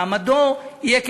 מעמדו יהיה,